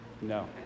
No